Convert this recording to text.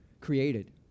created